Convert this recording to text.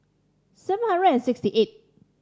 seven hundred and sixty eight